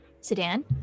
sedan